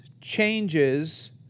changes